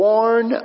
Born